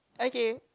okay